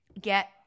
get